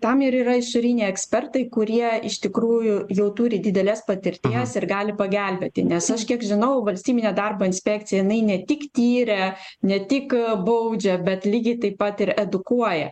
tam ir yra išoriniai ekspertai kurie iš tikrųjų jau turi didelės patirties ir gali pagelbėti nes aš kiek žinau valstybinė darbo inspekcija jinai ne tik tiria ne tik baudžia bet lygiai taip pat ir edukuoja